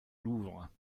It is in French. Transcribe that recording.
louvre